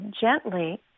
gently